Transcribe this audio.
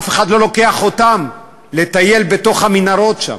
אף אחד לא לוקח אותם לטייל בתוך המנהרות שם,